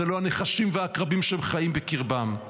לא הנחשים והעקרבים שהם חיים בקרבם,